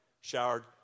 showered